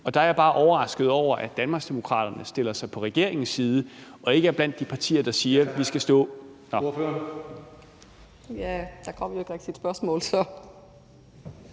Der er jeg bare overrasket over, at Danmarksdemokraterne stiller sig på regeringens side og ikke er blandt de partier, der siger, at vi skal stå ... Kl. 16:16 Tredje næstformand